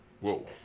whoa